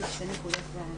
שלום לכולם,